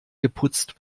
geputzt